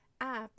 apps